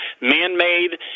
man-made